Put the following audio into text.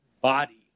body